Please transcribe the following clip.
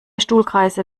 stuhlkreise